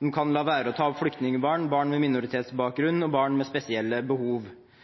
De kan la være å ta inn flyktningbarn, barn med minoritetsbakgrunn og barn med spesielle behov.